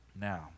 Now